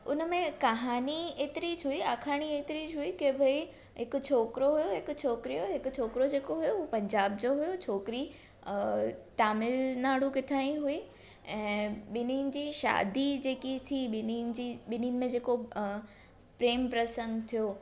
उनमें कहानी एतिरी सी हुई भई हिकु छोकिरो हुयो हिकु छोकिरी हुई हिकु छोकिरो जेको हुयो उहो पंजाब जो हुयो छोकिरी तमिलनाडु किथां जी हुई ऐं ॿिन्हिनि जी शादी जेकी थी ॿिन्हिनि जी ॿिन्हिनि में जेको प्रेम प्रसंग थियो